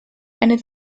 eine